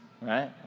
right